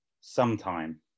sometime